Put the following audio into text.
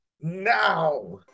now